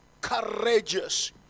courageous